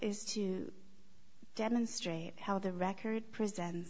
is to demonstrate how the record prison